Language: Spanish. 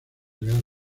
real